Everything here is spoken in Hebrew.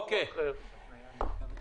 אדוני,